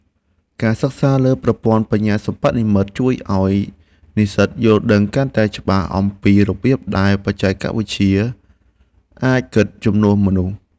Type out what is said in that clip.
ការសិក្សាលើប្រព័ន្ធបញ្ញាសិប្បនិម្មិតជួយឱ្យនិស្សិតយល់ដឹងកាន់តែច្បាស់អំពីរបៀបដែលបច្ចេកវិទ្យាអាចគិតជំនួសមនុស្ស។